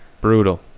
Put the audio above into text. brutal